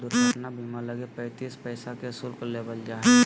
दुर्घटना बीमा लगी पैंतीस पैसा के शुल्क लेबल जा हइ